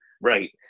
Right